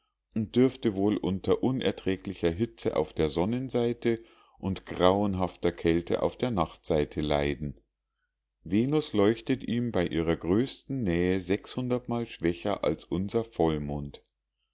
und dürfte wohl unter unerträglicher hitze auf der sonnenseite und grauenhafter kälte auf der nachtseite leiden venus leuchtet ihm bei ihrer größten nähe mal schwächer als unser vollmond